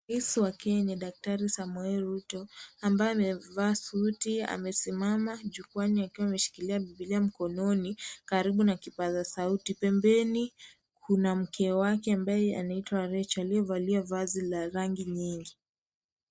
Rais wa Kenya Daktari Wiliam Samoei Ruto, ambaye amevaa suti. Amesimama jukwaani akiwa ameshikilia bibilia mkononi karibu na kipaza sauti. Pembeni kuna mke wake ambaye anaitwa Rachel, aliyevalia vazi la rangi nyingi.